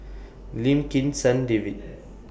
Lim Kim San David